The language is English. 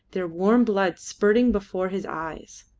their warm blood spurting before his eyes.